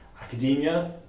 academia